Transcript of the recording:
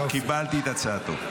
קיבלתי את הצעתו.